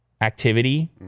activity